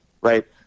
Right